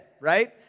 right